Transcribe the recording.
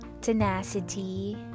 tenacity